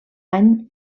any